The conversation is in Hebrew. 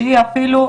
שהיא אפילו,